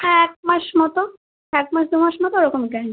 হ্যাঁ এক মাস মতো এক মাস দু মাস মতো ওরকম গ্যারান্টি